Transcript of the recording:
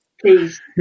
please